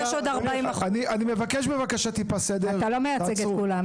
אתה לא מייצג את כולם.